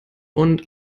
und